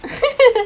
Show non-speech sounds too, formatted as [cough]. [laughs]